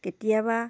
কেতিয়াবা